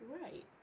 Right